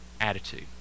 attitude